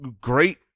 great